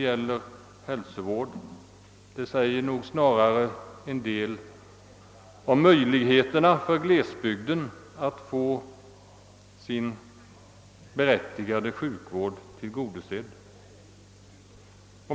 Snarare säger det en del om möjligheterna för glesbygden att få sina berättigade sjukvårdskrav tillgodosedda.